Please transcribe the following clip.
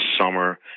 summer